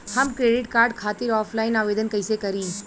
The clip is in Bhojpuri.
हम क्रेडिट कार्ड खातिर ऑफलाइन आवेदन कइसे करि?